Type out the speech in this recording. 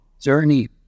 journey